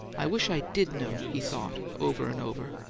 i wish i did know, he thought, over and over.